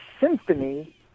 Symphony